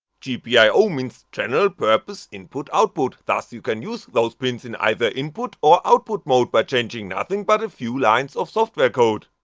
gpio means general purpose input output, thus you can use those pins in either input or output mode by changing nothing but a few lines of software code.